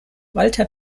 walter